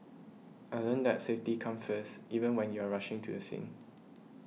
I learnt that safety comes first even when you are rushing to a scene